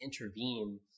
intervene